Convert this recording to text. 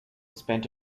spent